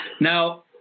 Now